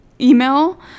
email